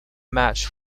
match